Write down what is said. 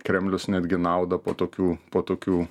kremlius netgi naudą po tokių po tokių